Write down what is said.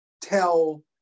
tell